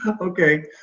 Okay